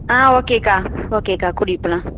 ஆ ஓகேக்கா ஓகேக்கா கூட்டிட்டு போகலாம்